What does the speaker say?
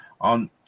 On